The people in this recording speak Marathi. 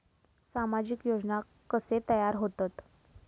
सामाजिक योजना कसे तयार होतत?